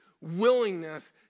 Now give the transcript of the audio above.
willingness